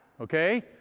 okay